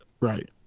right